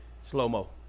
Slow-mo